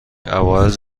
عوارض